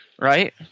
Right